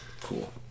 Cool